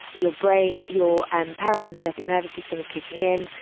your brain, your, um, parasympathetic nervous system is kicking in.